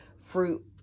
fruit